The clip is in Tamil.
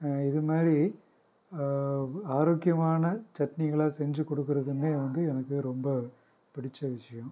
இது மாதிரி ஆரோக்கியமான சட்னிகளை செஞ்சு கொடுக்குறதுமே வந்து எனக்கு ரொம்ப பிடித்த விஷயம்